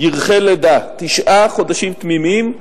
ירחי לידה, תשעה חודשים תמימים,